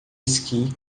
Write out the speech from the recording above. esqui